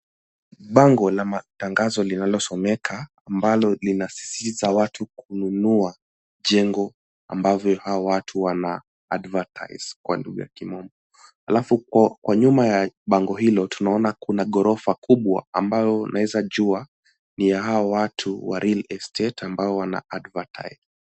Bango la matangazo linalo someka ambalo linasisitiza watu kununua jengo ambavyo hawa watu wana advertise kwa lugha ya kimombo ,halafu kwa nyuma ya bango hilo tunaona kuna ghorofa kubwa ambayo unaweza jua ni ya hao watu wa 'real estate' ambao wana advertise.